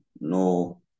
no